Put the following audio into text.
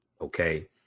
Okay